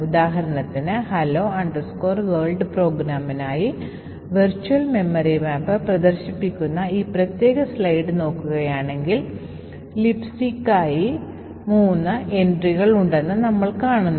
ഉദാഹരണത്തിന് Hello World പ്രോഗ്രാമിനായി virtual memory map പ്രദർശിപ്പിക്കുന്ന ഈ പ്രത്യേക സ്ലൈഡ് നോക്കുകയാണെങ്കിൽ Lbcക്കുമായി മൂന്ന് എൻട്രികൾ ഉണ്ടെന്ന് നമ്മൾ കാണുന്നു